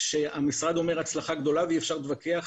כשהמשרד אומר הצלחה גדולה ואי אפשר להתווכח,